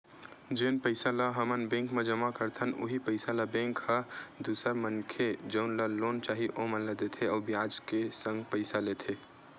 जेन पइसा ल हमन बेंक म जमा करथन उहीं पइसा ल बेंक ह दूसर मनखे जउन ल लोन चाही ओमन ला देथे अउ बियाज के संग पइसा लेथे